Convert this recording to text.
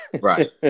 Right